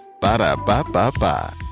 Ba-da-ba-ba-ba